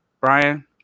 Brian